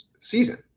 season